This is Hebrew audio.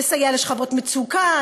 לסייע לשכבות מצוקה,